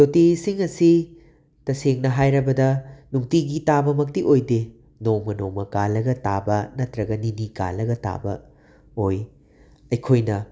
ꯇꯣꯇꯤ ꯏꯁꯤꯡ ꯑꯁꯤ ꯇꯁꯦꯡꯅ ꯍꯥꯏꯔꯕꯗ ꯅꯨꯡꯇꯤꯒꯤ ꯇꯥꯕ ꯃꯛꯇꯤ ꯑꯣꯏꯗꯦ ꯅꯣꯡꯃ ꯅꯣꯡꯃ ꯀꯥꯜꯂꯒ ꯇꯥꯕ ꯅꯠꯇ꯭ꯔꯒ ꯅꯤꯅꯤ ꯀꯥꯜꯂꯒ ꯇꯥꯕ ꯑꯣꯏ ꯑꯈꯣꯏꯅ